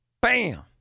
Bam